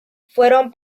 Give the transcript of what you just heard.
fueron